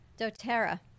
doTERRA